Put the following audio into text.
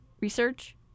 research